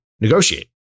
negotiate